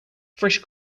fresh